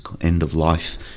end-of-life